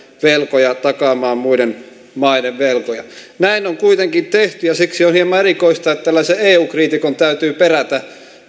velkoja takaamaan muiden maiden velkoja näin on kuitenkin tehty ja siksi on hieman erikoista että tällaisen eu kriitikon täytyy perätä